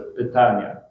pytania